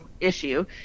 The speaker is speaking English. issue